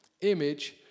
image